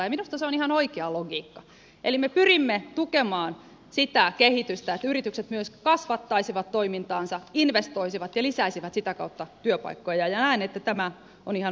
minusta se on ihan oikea logiikka eli me pyrimme tukemaan sitä kehitystä että yritykset myös kasvattaisivat toimintaansa investoisivat ja lisäisivät sitä kautta työpaikkoja ja näen että tämä on ihan oikea kehityssuunta